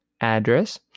address